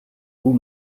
vous